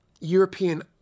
European